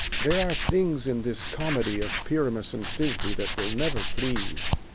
there are things in this comedy of pyramus and thisby that will never please.